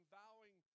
vowing